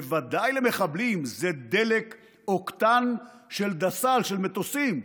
בוודאי למחבלים, זה דלק אוקטן של דס"ל, של מטוסים,